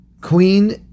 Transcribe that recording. Queen